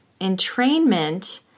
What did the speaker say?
Entrainment